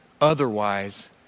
Otherwise